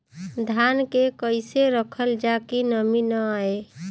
धान के कइसे रखल जाकि नमी न आए?